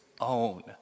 own